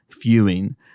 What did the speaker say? viewing